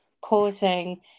causing